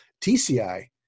TCI